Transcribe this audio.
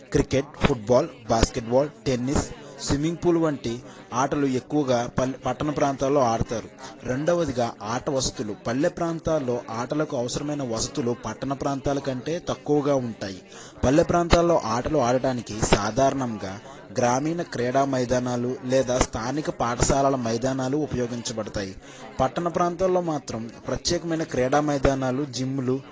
cricket football basketball tennis swimming pool వంటి ఆటలు ఎక్కువగా పల్లె పట్టణ ప్రాంతాల్లో ఆడతారు రెండవదిగా ఆటవస్తులు పల్లె ప్రాంతాల్లో ఆటలకు అవసరమైన వసతులు పట్టణ ప్రాంతాల కంటే తక్కువగా ఉంటాయి పల్లె ప్రాంతాల్లో ఆటలు ఆడటానికి సాధారణంగా గ్రామీణ క్రీడా మైదానాలు లేదా స్థానిక పాఠశాలల మైదానాలు ఉపయోగించబడతాయి పట్టణ ప్రాంతంలో మాత్రం ప్రత్యేకమైన క్రీడామైదానాలు జిమ్ములు